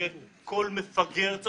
אחרי כל אחת